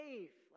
Safe